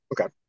okay